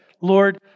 Lord